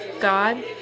God